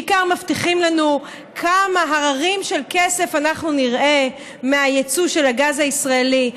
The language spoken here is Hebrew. בעיקר מבטיחים לנו כמה הררים של כסף אנחנו נראה מהיצוא של הגז הישראלי.